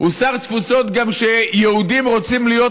הוא שר תפוצות גם כשיהודים רוצים להיות